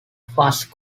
fast